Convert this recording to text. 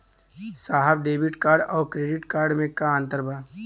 साहब debit card और credit card में का अंतर बा?